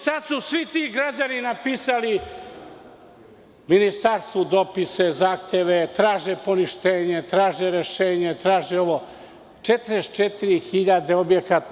Sada su svi ti građani napisali ministarstvu dopise, zahteve, traže poništenje, traže rešenje, 44.000 objekta.